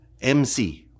MC